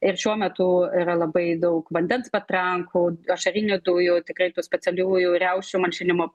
ir šiuo metu yra labai daug vandens patrankų ašarinių dujų tikrai tų specialiųjų riaušių malšinimo